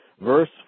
Verse